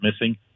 missing